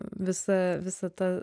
visa visata